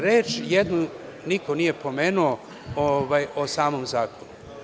Reč jednu niko nije pomenuo o samom zakonu.